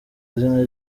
izina